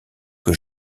que